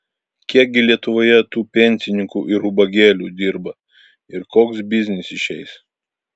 kiek gi lietuvoje tų pensininkų ir ubagėlių dirba ir koks biznis išeis